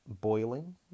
boiling